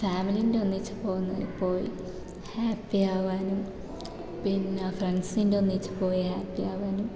ട്രാവലിൻ്റെ ഒന്നിച്ച് പോന്ന് പോയി ഹാപ്പി ആവാനും പിന്നെ ഫ്രണ്ട്സിൻ്റെ ഒന്നിച്ച് പോയി ഹാപ്പി ആവാനും